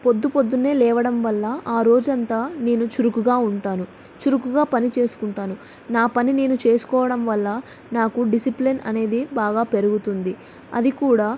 పొద్దు పొద్దున్నే లేవడం వల్ల ఆ రోజంతా నేను చురుకుగా ఉంటాను చురుకుగా పని చేసుకుంటాను నా పని నేను చేసుకోవడం వల్ల నాకు డిసిప్లిన్ అనేది బాగా పెరుగుతుంది అది కూడా